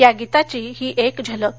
या गीताची ही एक झलक